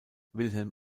wilhelm